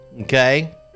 okay